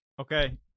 Okay